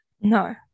No